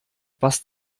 was